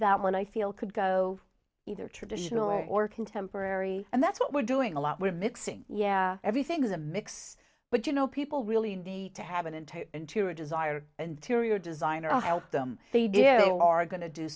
that one i feel could go either traditional or contemporary and that's what we're doing a lot we're mixing yeah everything is a mix but you know people really need to have an entire interior desire and tear your designer out them they get all are going to do